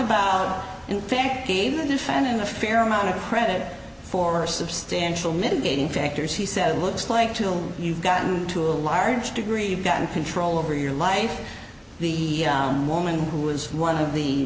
about in fact gave the fan in a fair amount of credit for substantial mitigating factors he said it looks like till you've gotten to a large degree you've gotten control over your life the woman who was one of the